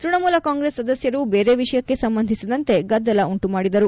ತ್ಯಣಮೂಲ ಕಾಂಗ್ರೆಸ್ ಸದಸ್ಯರು ಬೇರೆ ವಿಷಯಕ್ಕೆ ಸಂಬಂಧಿಸಿದಂತೆ ಗದ್ದಲ ಉಂಟುಮಾಡಿದರು